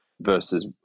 versus